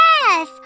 yes